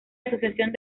asociación